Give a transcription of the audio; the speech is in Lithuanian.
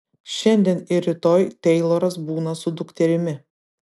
šiandien ir rytoj teiloras būna su dukterimi